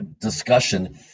discussion